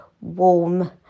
warm